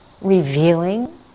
revealing